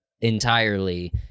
entirely